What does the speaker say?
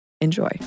Enjoy